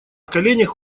коленях